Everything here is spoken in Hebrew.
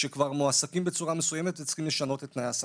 שכבר מועסקים בצורה מסוימת וצריכים לשנות את תנאי העסקתם.